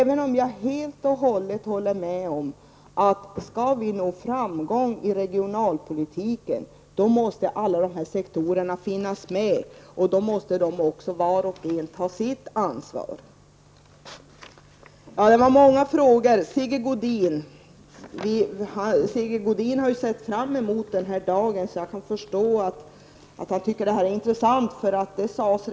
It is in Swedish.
Men jag håller med om att om vi skall nå framgång i regionalpolitiken, måste alla dessa sektorer finnas med och var och en måste ta sitt ansvar. Det ställdes många frågor. Sigge Godin har ju sett fram emot den här da gen, så jag kan förstå att han tycker att det här är intressant.